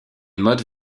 modes